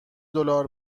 دلار